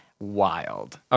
Wild